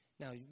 Now